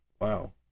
Wow